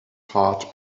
heart